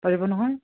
পাৰিব নহয়